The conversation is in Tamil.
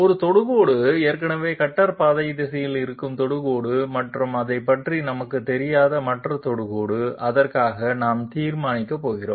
ஒரு தொடுகோடு ஏற்கனவே கட்டர் பாதை திசையில் இருக்கும் தொடுகோடு மற்றும் அதைப் பற்றி நமக்குத் தெரியாத மற்ற தொடுகோடு அதற்காக நாம் தீர்க்கப் போகிறோம்